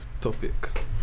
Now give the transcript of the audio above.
Topic